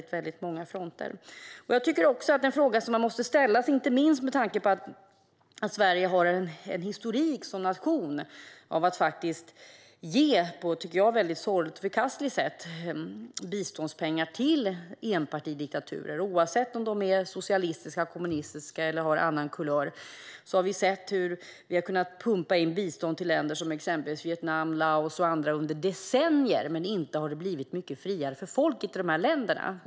Det finns en annan fråga som jag tycker att man måste ställa sig, inte minst med tanke på att Sverige som nation har en historik av att, på ett sorgligt och förkastligt sätt, ge biståndspengar till enpartidiktaturer, oavsett om de är socialistiska eller kommunistiska eller har annan kulör. Vi har sett hur vi har pumpat in bistånd i länder som exempelvis Vietnam och Laos under decennier, men inte har det blivit mycket friare för folket i dessa länder.